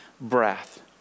breath